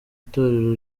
itorero